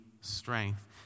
strength